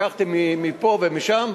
לקחתי מפה ומשם,